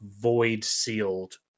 void-sealed